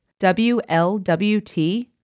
WLWT